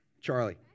Charlie